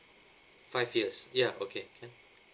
five years ya okay can